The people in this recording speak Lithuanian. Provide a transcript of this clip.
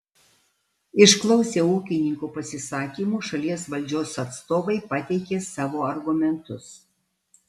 išklausę ūkininkų pasisakymų šalies valdžios atstovai pateikė savo argumentus